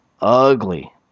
ugly